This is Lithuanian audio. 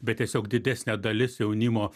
bet tiesiog didesnė dalis jaunimo